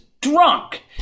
drunk